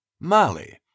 Mali